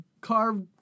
carved